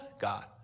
God